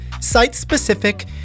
site-specific